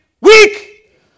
Weak